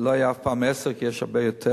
לא היו אף פעם עשרה כי יש הרבה יותר,